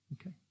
Okay